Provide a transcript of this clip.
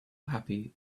happy